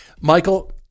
Michael